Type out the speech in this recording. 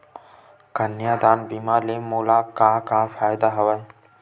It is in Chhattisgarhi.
कन्यादान बीमा ले मोला का का फ़ायदा हवय?